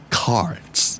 cards